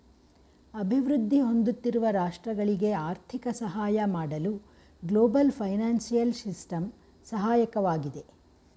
ಅಭಿವೃದ್ಧಿ ಹೊಂದುತ್ತಿರುವ ರಾಷ್ಟ್ರಗಳಿಗೆ ಆರ್ಥಿಕ ಸಹಾಯ ಮಾಡಲು ಗ್ಲೋಬಲ್ ಫೈನಾನ್ಸಿಯಲ್ ಸಿಸ್ಟಮ್ ಸಹಾಯಕವಾಗಿದೆ